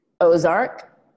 Ozark